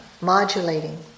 modulating